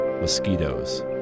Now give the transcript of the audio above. Mosquitoes